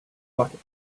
bucket